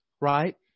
Right